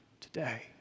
today